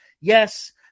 Yes